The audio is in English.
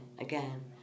again